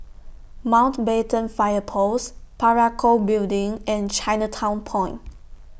Mountbatten Fire Post Parakou Building and Chinatown Point